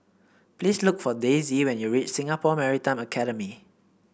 please look for Daisey when you reach Singapore Maritime Academy